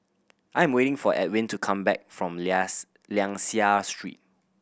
I'm waiting for Edwin to come back from Liang Seah Street